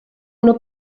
una